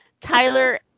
Tyler